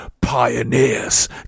pioneers